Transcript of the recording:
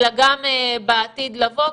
אלא גם בעתיד לבוא,